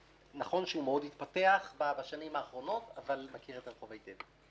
נכון שהוא התפתח מאוד בשנים האחרונות אבל אני מכיר את הרחוב היטב.